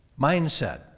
Mindset